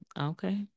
okay